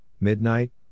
midnight